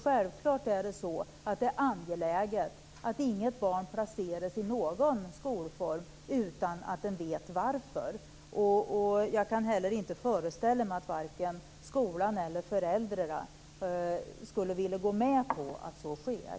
Självfallet är det angeläget att inget barn placeras i någon skolform utan att man vet varför. Jag kan inte heller föreställa mig att vare sig skolan eller föräldrarna skulle vilja gå med på att så sker.